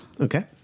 Okay